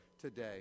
today